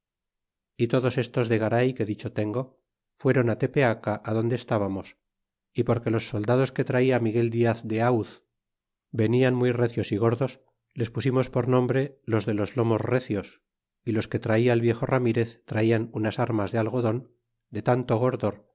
y todos estos de garay que dicho tengo fuéron á tepeaca adonde estábamos y porque los soldados que traia miguel diaz de auz venian muy recios y gordos les pusimos por nombre los de los lomos recios y los que traía el viejo ramirez traian unas armas de algodon de tanto gordor